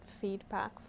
feedback